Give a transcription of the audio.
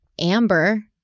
Amber